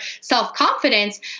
self-confidence